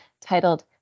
titled